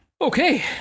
Okay